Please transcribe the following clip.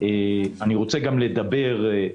אני רוצה גם לדבר,